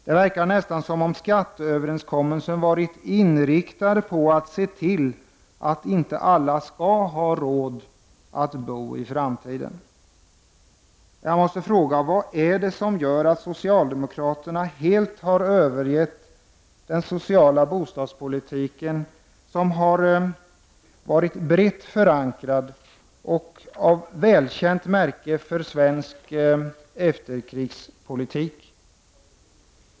Det verkar nästan som om skatteöverenskommelsen varit inriktad på att se till att inte alla skall ha råd att bo i framtiden. Jag måste fråga: Vad är det som gör att socialdemokraterna helt har övergivit den sociala bostadspolitiken, som varit brett förankrad och som varit ett välkänt kännemärke för svensk efterkrigspolitik?